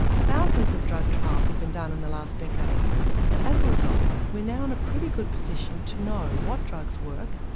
thousands of drug trials have been done in the last decade and as a result we are now in a pretty good position to know what drugs work,